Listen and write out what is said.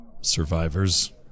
survivors